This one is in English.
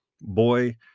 boy